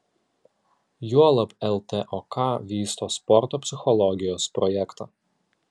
juolab ltok vysto sporto psichologijos projektą